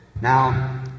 Now